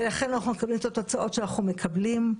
לכן, אנחנו מקבלים את התוצאות שאנחנו מקבלים.